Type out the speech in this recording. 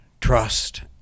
trust